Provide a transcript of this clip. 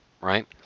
right